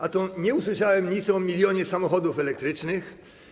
A nie usłyszałem nic o milionie samochodów elektrycznych.